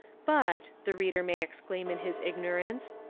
but, the reader may exclaim in his igno rance,